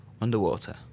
underwater